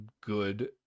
good